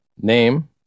name